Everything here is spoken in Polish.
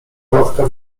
matka